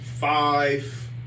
five